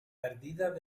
perdidas